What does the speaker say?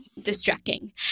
distracting